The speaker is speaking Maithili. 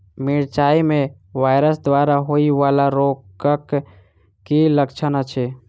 मिरचाई मे वायरस द्वारा होइ वला रोगक की लक्षण अछि?